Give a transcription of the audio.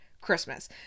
Christmas